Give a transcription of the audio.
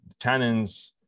tannins